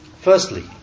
Firstly